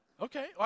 okay